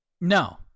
No